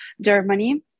Germany